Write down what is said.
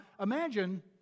imagine